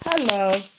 hello